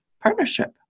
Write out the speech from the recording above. partnership